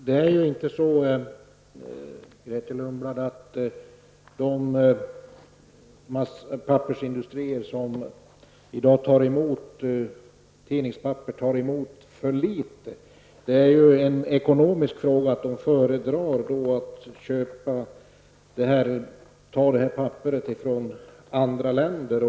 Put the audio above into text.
Herr talman! De pappersindustrier som i dag tar emot tidningspapper tar inte, Grethe Lundblad, emot alltför små mängder. Av ekonomiska skäl föredrar man att skaffa papper från andra länder.